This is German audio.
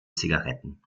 zigaretten